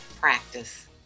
practice